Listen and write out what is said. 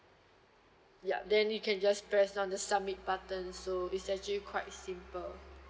ya then you can just press on the submit button so is actually quite simple